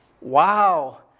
wow